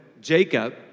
Jacob